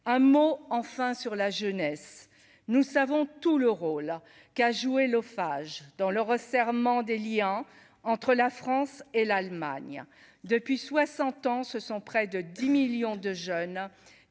un mot enfin sur la jeunesse, nous savons tous le rôle qu'a joué l'OFAJ dans le resserrement des Liens entre la France et l'Allemagne depuis 60 ans, ce sont près de 10 millions de jeunes